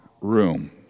room